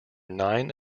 nine